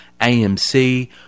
AMC